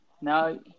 Now